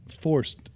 forced